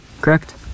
correct